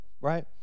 Right